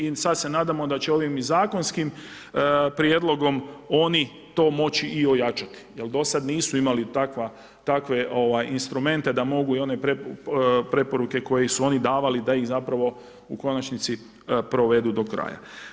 I sada se nadamo da će ovim i zakonskim prijedlogom oni to moći i ojačati jer do sada nisu imali takve instrumente da mogu i one preporuke koje su oni davali da ih zapravo u konačnici provedu do kraja.